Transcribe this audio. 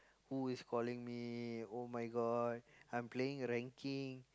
who is calling me oh-my-god I'm playing ranking